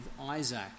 Isaac